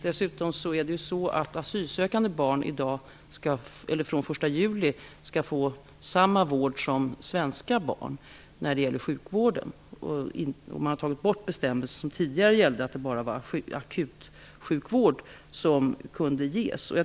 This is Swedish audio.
Dessutom skall asylsökande barn fr.o.m. den 1 juli få samma sjukvård som svenska barn. Man har tagit bort den tidigare bestämmelsen om att endast akutsjukvård kan ges.